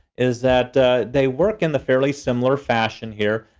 is that they work in the fairly similar fashion here.